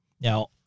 Now